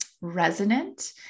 resonant